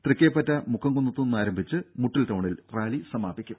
തൃക്കൈപ്പറ്റ മുക്കംകുന്നത് നിന്നാരംഭിച്ച് മുട്ടിൽ ടൌണിൽ റാലി സമാപിക്കും